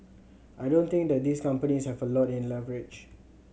I don't think that these companies have a lot of leverage